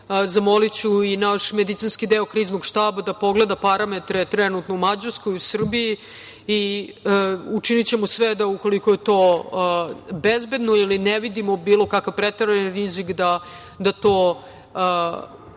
zamoliću i naš medicinski deo Kriznog štaba da pogleda parametre trenutno u Mađarskoj, u Srbiji, i učinićemo sve da ukoliko je to bezbedno ili ne vidimo bilo kakav preterani rizik da ono